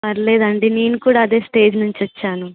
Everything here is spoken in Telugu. పర్లేదండి నేను కూడా అదే స్టేజ్ నుంచి వచ్చాను